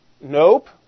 nope